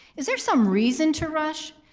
is there some reason to rush?